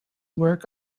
work